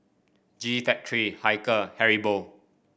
G Factory Hilker Haribo